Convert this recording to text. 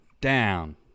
down